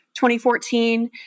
2014